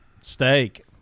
Steak